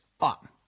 up